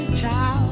child